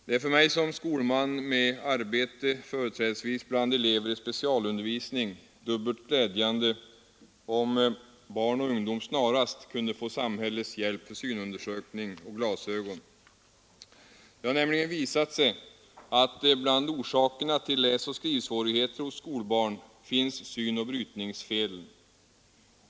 Det är för mig som skolman, med arbete företrädesvis med elever i specialundervisning, dubbelt glädjande om barn och ungdom snarast kunde få samhällets hjälp för synundersökning och glasögon. Det har nämligen visat sig att bland orsakerna till läsoch skrivsvårigheter hos skolbarn finns synoch brytningsfel.